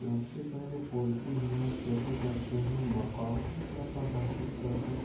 سب سے پہلے پولٹری حمایت کیسے کرتے ہیں مقامی طور پر حاصل کرنا